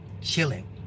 Chilling